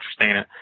interesting